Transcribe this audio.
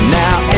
now